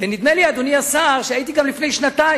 ונדמה לי, אדוני השר, שהייתי פה גם לפני שנתיים,